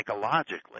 psychologically